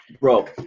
Bro